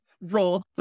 roll